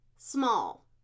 small